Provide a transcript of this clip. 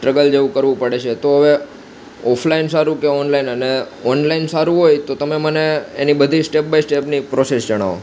struggle જેવું કરવું પડે છે તો હવે ઓફલાઈન સારું કે ઓનલાઈન અને ઓનલાઈન સારું હોય તો તમે મને એની બધી સ્ટેપ બાય સ્ટેપની પ્રોસેસ જણાવો